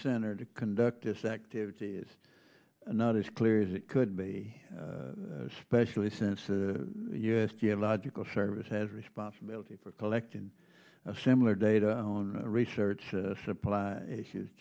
center to conduct this activity is not as clear as it could be specially since the u s geological service has responsibility for collecting similar data own research supply issues